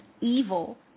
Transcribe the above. evil